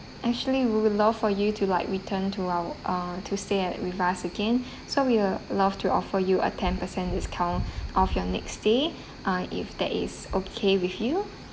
actually we would love for you to like return to our uh to stay at with us again so will love to offer you a ten percent discount off your next stay ah if that is okay with you